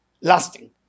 lasting